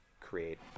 create